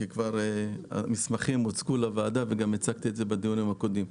כי מסמכים כבר הוצגו לוועדה וגם הצגתי את זה בדיונים הקודמים.